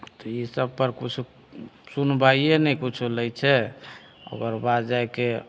तऽ इसभपर किछु सुनबाहिए नहि किछो लै छै ओकर बाद जाय कऽ